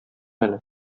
әле